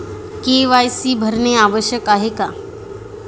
KYC भरणे आवश्यक आहे का?